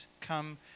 come